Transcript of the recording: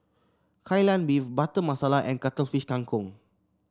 Kai Lan Beef Butter Masala and Cuttlefish Kang Kong